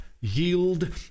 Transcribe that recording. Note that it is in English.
yield